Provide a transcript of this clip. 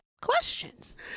questions